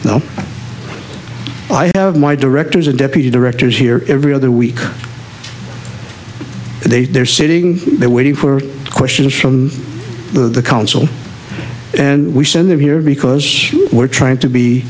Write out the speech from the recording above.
no i have my directors and deputy directors here every other week and they are sitting there waiting for questions from the council and we send them here because we're trying to be